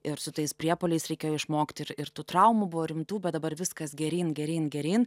ir su tais priepuoliais reikėjo išmokti ir ir tų traumų buvo rimtų bet dabar viskas geryn geryn geryn